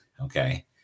okay